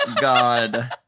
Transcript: God